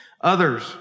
Others